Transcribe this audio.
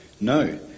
No